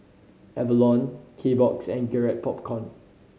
Avalon Kbox and Garrett Popcorn